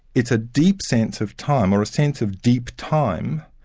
it's a deep sense of time, or a sense of deep time,